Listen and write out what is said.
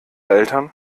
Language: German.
eltern